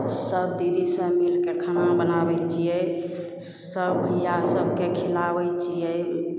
सभ दीदीसभ मिलिके खाना बनाबै छिए सब भइआ सभकेँ खिलाबै छिए